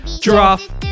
Giraffe